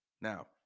now